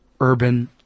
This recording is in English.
urban